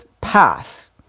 pass